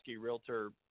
Realtor